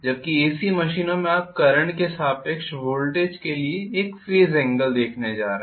जबकि एसी मशीनों में आप करंट के सापेक्ष वोल्टेज के लिए एक फेज़ एंगल देखनेजा रहे हैं